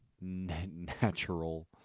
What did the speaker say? Natural